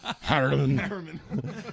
Harriman